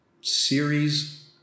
series